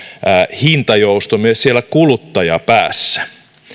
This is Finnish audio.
hintajousto siellä kuluttajapäässä